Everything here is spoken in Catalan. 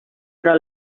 però